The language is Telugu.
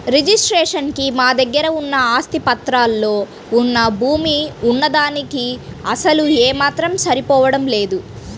రిజిస్ట్రేషన్ కి మా దగ్గర ఉన్న ఆస్తి పత్రాల్లో వున్న భూమి వున్న దానికీ అసలు ఏమాత్రం సరిపోడం లేదు